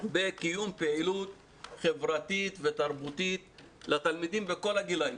בקיום פעילות חברתית ותרבותית לתלמידים בכל הגילאים.